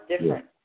different